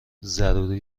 ضروری